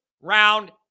round